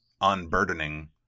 unburdening